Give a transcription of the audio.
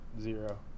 Zero